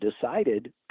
decided